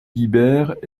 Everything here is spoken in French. guibert